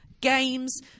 games